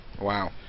Wow